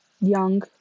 Young